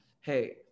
Hey